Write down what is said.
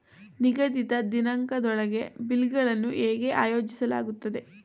ನಿಗದಿತ ದಿನಾಂಕದೊಳಗೆ ಬಿಲ್ ಗಳನ್ನು ಹೇಗೆ ಆಯೋಜಿಸಲಾಗುತ್ತದೆ?